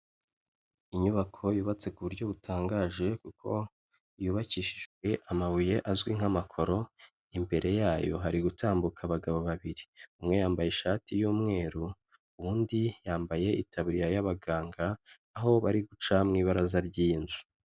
Inyubako yubatse ku buryo butangaje kuko yubakishijwe amabuye azwi nk'amakoro, imbere yayo hari gutambuka abagabo babiri. Umwe yambaye ishati y'mweru, undi yambaye itaburiya y'abaganga aho bari guca mu ibaraza ry'iyi nzu.